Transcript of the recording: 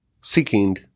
seeking